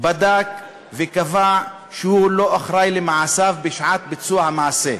בדק וקבע שהוא לא היה אחראי למעשיו בשעת ביצוע המעשה,